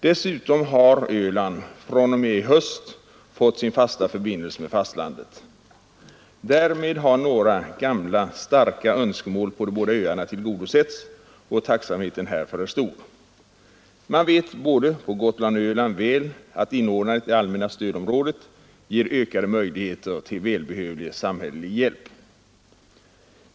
Dessutom har Öland fr.o.m. i höst fått sin fasta förbindelse med fastlandet. Därmed har några gamla och starka önskemål på de båda öarna tillgodosetts, och tacksamheten härför är stor. Man vet väl både på Gotland och Öland att inordnandet i det allmänna stödområdet ger ökade möjligheter till välbehövlig samhällelig hjälp.